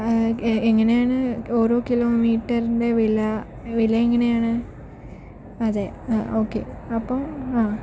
എങ്ങനെയാണ് ഓരോ കിലോമീറ്ററിൻ്റെ വില വിലയെങ്ങനെയാണ് അതെ ഓക്കേ അപ്പോൾ ആ